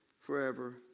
forever